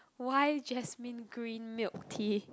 why jasmine green milk tea